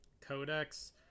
Codex